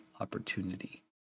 opportunity